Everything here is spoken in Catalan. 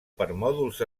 permòdols